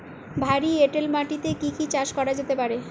ভারী এঁটেল মাটিতে কি কি চাষ করা যেতে পারে?